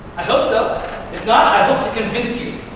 i hope so. if not, i hope to convince you.